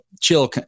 chill